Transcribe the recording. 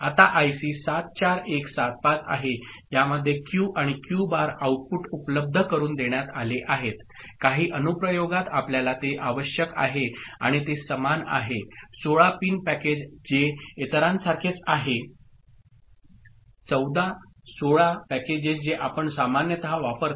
आता आयसी 74175 आहे ज्यामध्ये क्यू आणि क्यू बार आउटपुट उपलब्ध करुन देण्यात आले आहेत काही अनुप्रयोगात आपल्याला ते आवश्यक आहे आणि ते समान आहे 16 पिन पॅकेज जे इतरांसारखेच आहे 14 16 पॅकेजेस जे आपण सामान्यतः वापरता